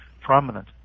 prominent